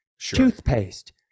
toothpaste